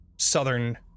southern